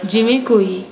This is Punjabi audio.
ਜਿਵੇਂ ਕੋਈ